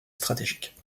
stratégique